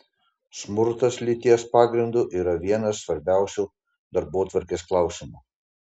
smurtas lyties pagrindu yra vienas svarbiausių darbotvarkės klausimų